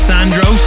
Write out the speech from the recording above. Sandro